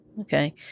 Okay